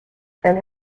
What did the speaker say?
and